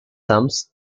sums